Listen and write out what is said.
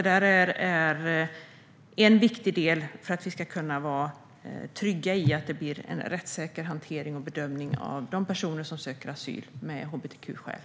Det tror jag är en viktig del för att vi ska kunna vara trygga i att det blir en rättssäker hantering och bedömning av de personer som söker asyl med hbtq-skäl.